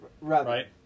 Right